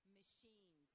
machines